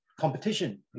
competition